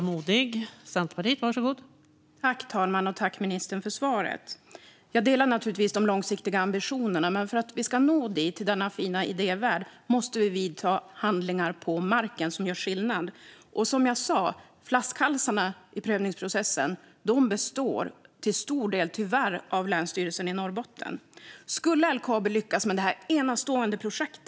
Fru talman! Tack, ministern, för svaret! Jag delar naturligtvis de långsiktiga ambitionerna, men om vi ska nå fram till denna fina idévärld måste vi vidta handlingar på marken som gör skillnad. Och som jag sa: En stor flaskhals i prövningsprocessen är tyvärr Länsstyrelsen i Norrbotten. Det vore helt fantastiskt om LKAB skulle lyckas med detta enastående projekt.